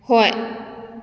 ꯍꯣꯏ